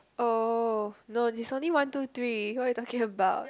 oh no it's only one two three what you talking about